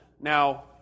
Now